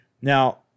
Now